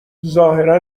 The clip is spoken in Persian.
ظاهرا